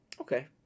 Okay